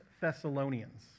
Thessalonians